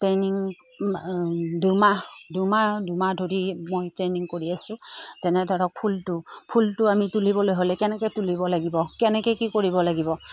training দুমাহ দুমাহ দুমাহ ধৰি মই ট্ৰেইনিং কৰি আছো যেনে ধৰক ফুলটো ফুলটো আমি তুলিবলৈ হ'লে কেনেকৈ তুলিব লাগিব কেনেকৈ কি কৰিব লাগিব